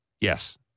Yes